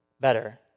better